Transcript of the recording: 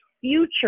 future